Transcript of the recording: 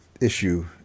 issue